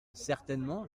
certainement